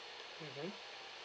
mmhmm